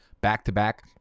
back-to-back